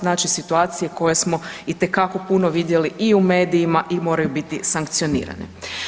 Znači situacije koje smo itekako puno vidjeli i u medijima i moraju biti sankcionirane.